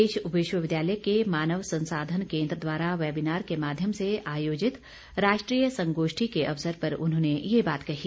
प्रदेश विश्वविद्यालय के मानव संसाधन केन्द्र द्वारा वैबीनार के माध्यम से आयोजित राष्ट्रीय संगोष्ठी के अवसर पर उन्होंने ये बात कही